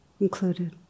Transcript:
included